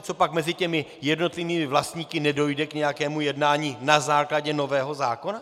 Copak mezi jednotlivými vlastníky nedojde k nějakému jednání na základě nového zákona?